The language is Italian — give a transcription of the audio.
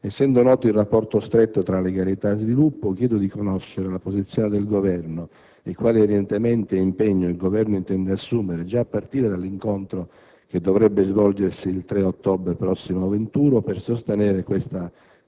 Essendo noto il rapporto stretto tra legalità e sviluppo, chiedo di conoscere la posizione del Governo e quali orientamenti e impegni il Governo intende assumere, già a partire dall'incontro che dovrebbe svolgersi il 3 ottobre prossimo venturo, per sostenere questa nuova